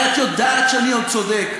הרי את יודעת שאני עוד צודק.